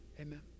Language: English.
amen